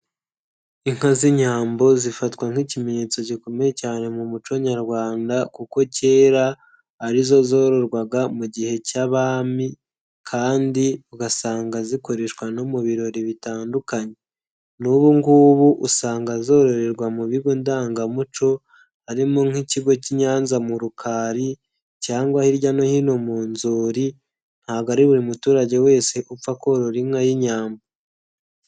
Inka z'inyambo zifatwa nk'ikimenyetso gikomeye cyane mu muco nyarwanda kuko kera ari zo zororwaga mu gihe cy'abami kandi ugasanga zikoreshwa no mu birori bitandukanye. N'ubu ngubu usanga zororerwa mu bigo ndangamuco harimo nk'ikigo cy'i Nyanza mu Rukari cyangwa hirya no hino mu nzuri, ntabwo buri muturage wese upfa korora inka y'Inyambo.